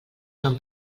són